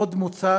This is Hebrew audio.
עוד מוצע,